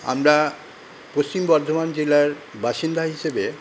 আমরা পশ্চিম বর্ধমান জেলার বাসিন্দা হিসেবে